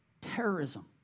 Terrorism